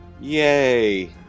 Yay